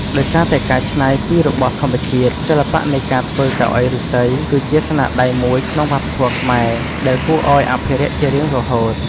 ដោយសារតែការច្នៃពីរបស់ធម្មជាតិ សិល្បៈនៃការធ្វើកៅអីឫស្សី គឺជាស្នាដៃមួយក្នុងវប្បធម៌ខ្មែរ ដែលគួរឱ្យអភិរក្សជារៀងរហូត។